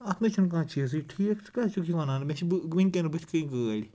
اَتھ نٕے چھُنہٕ کانٛہہ چیٖزٕے ٹھیٖک ژٕ کیاہ چھُکھ یہِ وَنان مےٚ چھِ ؤنکٮ۪ن بٔتھۍ کَنۍ گٲڑۍ